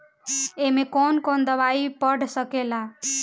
ए में कौन कौन दवाई पढ़ सके ला?